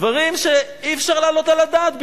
דברים שאי-אפשר להעלות על הדעת בכלל.